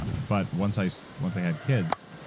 ah but once i so once i had kids,